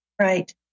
right